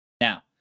now